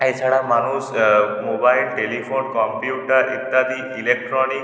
এছাড়া মানুষ mobile telephone computer ইত্যাদি ইলেকট্রনিক